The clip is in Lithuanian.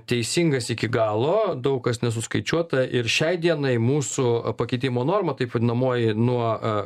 teisingas iki galo daug kas nesuskaičiuota ir šiai dienai mūsų pakeitimo norma taip vadinamoji nuo a